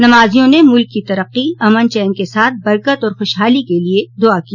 नमाजियों ने मुल्क की तरक्की अमनचन के साथ बरक्कत और खुशहाली के लिए दुआ की